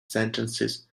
sentences